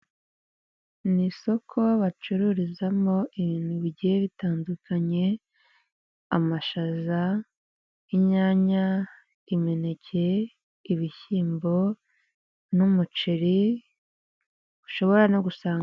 Ni isoko bacururizamo ibintu bigiye bitandukanye, amashaza, inyanya, imineke, ibishyimbo n'umuceri ushobora no gusanga...